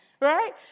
right